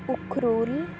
Ukhrul